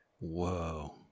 whoa